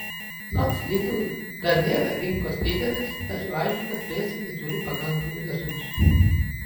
nors lidl dar nėra rinkos lyderis tačiau aišku kad plėstis jie turi pakankamai resursų